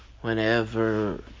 whenever